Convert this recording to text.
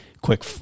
quick